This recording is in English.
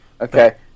Okay